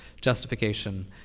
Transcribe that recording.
justification